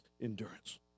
endurance